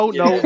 no